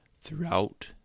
throughout